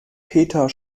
peter